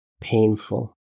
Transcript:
painful